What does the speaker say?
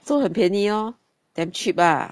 so 很便宜 oh damn cheap ah